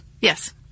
Yes